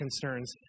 concerns